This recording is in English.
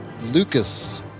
lucas